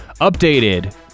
updated